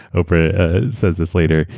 oprah says this later,